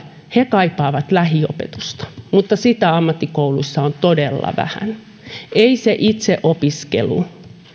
kaipaavat lähiopetusta mutta sitä ammattikouluissa on todella vähän ei se itseopiskelu